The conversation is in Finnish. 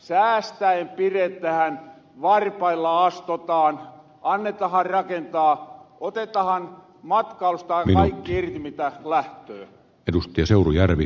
sitä säästäen piretähän varpailla astotaan annetahan rakentaa otetahan matkailusta kaikki irti mitä lähtöö